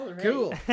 cool